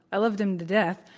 i love them to death.